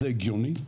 זה הגיוני?